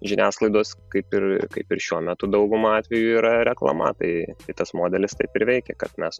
žiniasklaidos kaip ir kaip ir šiuo metu dauguma atvejų yra reklama tai tai tas modelis taip ir veikė kad mes